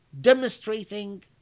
demonstrating